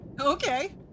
Okay